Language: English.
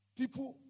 people